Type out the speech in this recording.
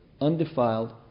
undefiled